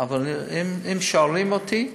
אבל אם שואלים אותי,